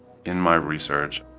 in my research,